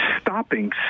stopping